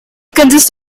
consists